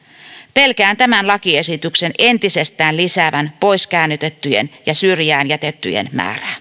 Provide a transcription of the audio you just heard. pelkään tämän lakiesityksen entisestään lisäävän poiskäännytettyjen ja syrjään jätettyjen